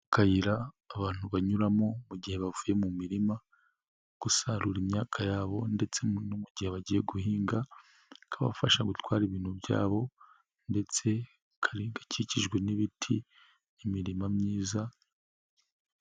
Akayira abantu banyuramo mu gihe bavuye mu mirima gusarura imyaka yabo ndetse no mu gihe bagiye guhinga bikabafasha gutwara ibintu byabo ndetse kara kikijwe n'ibiti n'imirimo myiza.